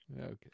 okay